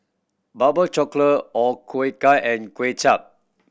barbe cockle O Ku Kueh and Kuay Chap